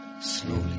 Slowly